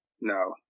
No